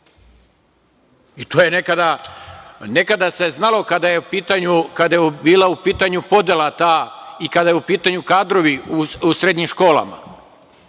škole. Nekada se znalo kada je bila u pitanju podela ta i kada su u pitanju kadrovi u srednjim školama.